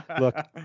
look